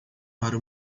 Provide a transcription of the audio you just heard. para